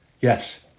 Yes